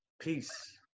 peace